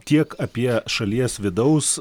tiek apie šalies vidaus